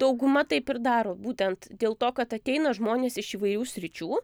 dauguma taip ir daro būtent dėl to kad ateina žmonės iš įvairių sričių